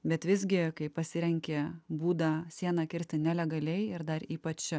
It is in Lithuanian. bet visgi kai pasirenki būdą sieną kirsti nelegaliai ir dar ypač